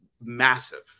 massive